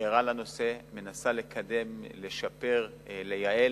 ער לנושא, מנסה לקדם, לשפר, לייעל.